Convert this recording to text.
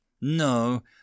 No